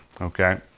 Okay